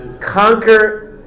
conquer